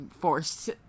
forced